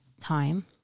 time